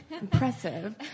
impressive